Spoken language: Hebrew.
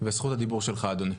וזכות הדיבור שלך, אדוני.